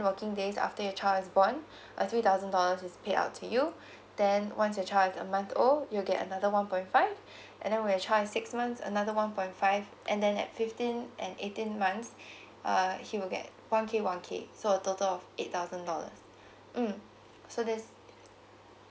working days after your child is born a three thousand dollars is pay out to you then once your child's a month old you get another one point five and then when your child's six months another one point five and then at fifteen and eighteen months err he will get one K one K so total of eight thousand dollars mm so there's